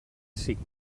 cinc